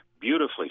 beautifully